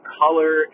color